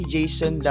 Jason